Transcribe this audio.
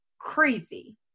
crazy